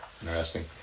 Interesting